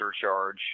surcharge